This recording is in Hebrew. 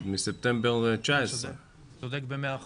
עוד מספטמבר 2019. אתה צודק במאה אחוז.